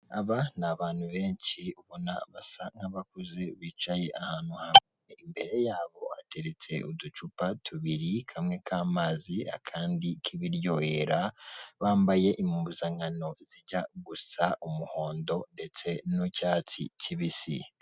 Aba ni abantu benshi ubona basa nkabakuze bicaye ahantu, imbere yabo hateretse uducupa tubiri kamwe k'amazi akandi k'ibiryohera, bambaye impuzankano zijya gusa umuhondo ndetse n'icyatsi kibisi.